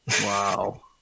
Wow